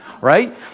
right